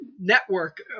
network